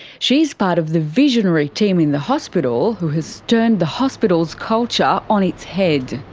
she is part of the visionary team in the hospital who has turned the hospital's culture on its head.